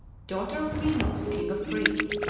daughter of minos, king of crete.